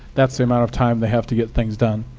that's the amount of time they have to get things done.